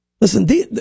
Listen